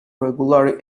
regularly